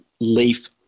leaf